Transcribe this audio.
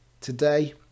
Today